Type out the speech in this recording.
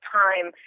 time